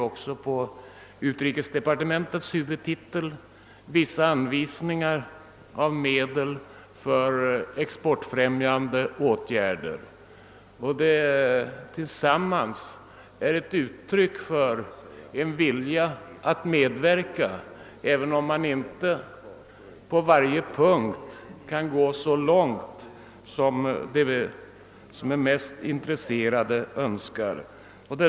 Också på utrikesdepartementets huvudtitel anvisas medel för exportfrämjande åtgärder. Detta är ett uttryck för en vilja att medverka, även om vi inte på varje punkt kan gå så långt som de mest intresserade önskar.